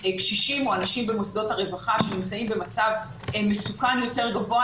שקשישים או אנשים במוסדות הרווחה שנמצאים במצב מסוכן יותר גבוה,